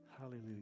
Hallelujah